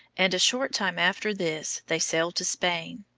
and a short time after this they sailed to spain.